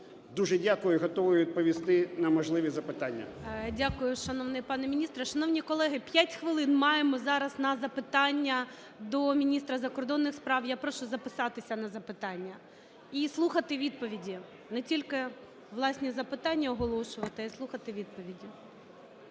Дуже дякую і готовий відповісти на можливі запитання. ГОЛОВУЮЧИЙ. Дякую, шановний пане міністре. Шановні колеги, 5 хвилин маємо зараз на запитання до міністра закордонних справ. Я прошу записатися на запитання. І слухати відповіді, не тільки власні запитання оголошувати, а і слухати відповіді.